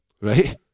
right